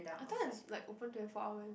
I thought it's like open twenty four hours